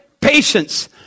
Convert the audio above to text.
patience